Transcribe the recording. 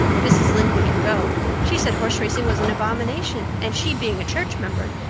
mrs. lynde wouldn't go she said horse racing was an abomination and, she being a church member,